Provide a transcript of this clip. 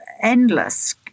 endless